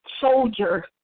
soldier